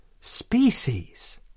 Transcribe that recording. species